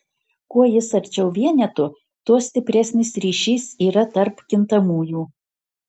kuo jis arčiau vieneto tuo stipresnis ryšys yra tarp kintamųjų